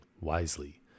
wisely